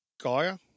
Gaia